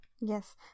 Yes